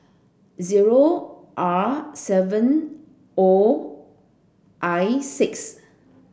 zero R seven O I six